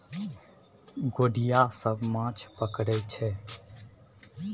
गोढ़िया सब माछ पकरई छै